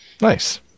Nice